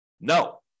No